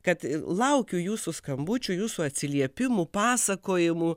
kad laukiu jūsų skambučių jūsų atsiliepimų pasakojimų